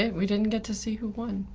and we didn't get to see who won.